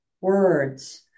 words